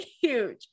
huge